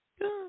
Good